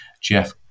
Jeff